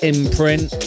Imprint